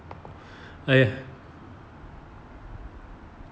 and